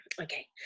okay